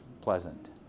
pleasant